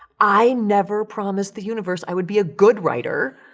i never promised the universe i would be a good writer.